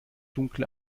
dunkle